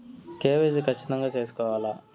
KYC ఖచ్చితంగా సేసుకోవాలా